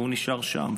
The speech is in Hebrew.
והוא נשאר שם,